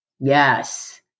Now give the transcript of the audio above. Yes